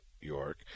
York